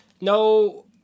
no